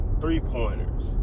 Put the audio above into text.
three-pointers